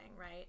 right